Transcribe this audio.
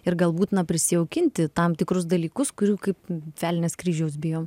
ir galbūt na prisijaukinti tam tikrus dalykus kurių kaip velnias kryžiaus bijo